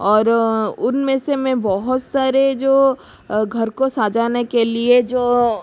और उनमें से में बहुत सारे जो घर को सजाने के लिए जो